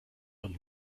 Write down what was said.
und